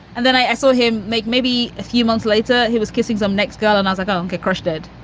and then i i saw him make maybe a few months later, he was kissing some next girl. and i was like, oh, and course i did,